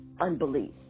unbelief